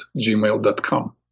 gmail.com